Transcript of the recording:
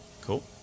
cool